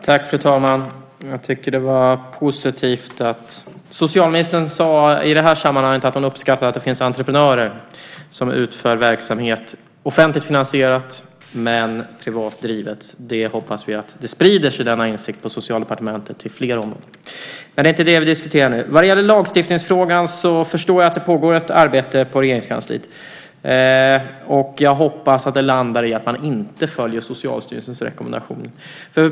Fru talman! Jag tycker att det var positivt att socialministern sade att hon i det här sammanhanget uppskattar att det finns entreprenörer som utför verksamhet, offentligt finansierad men privat driven. Denna insikt hoppas vi sprider sig till fler områden på Socialdepartementet. Men det är inte det vi diskuterar nu. Vad gäller lagstiftningsfrågan förstår jag att det pågår ett arbete i Regeringskansliet, och jag hoppas att det landar i att man inte följer Socialstyrelsens rekommendationer.